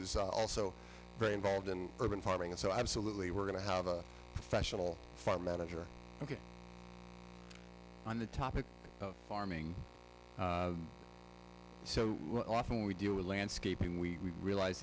is also very involved in urban farming and so absolutely we're going to have a professional fund manager and get on the topic of farming so often we deal with landscaping we realize